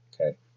Okay